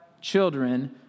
children